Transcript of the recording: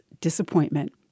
disappointment